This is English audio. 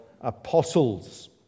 apostles